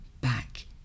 back